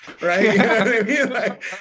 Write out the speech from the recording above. Right